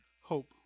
hope